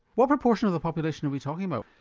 what proportion of the population are we talking about?